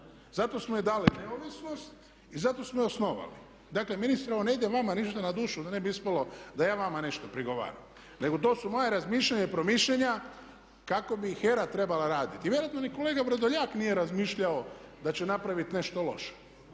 zato smo joj dali neovisnost i zato smo je osnovali. Dakle ministre, ovo ne ide vama ništa na dušu da ne bi ispalo da ja vama nešto prigovaram, nego to su moja razmišljanja i promišljanja kako bi HERA trebala raditi. I vjerojatno ni kolega Vrdoljak nije razmišljao da će napravit nešto loše,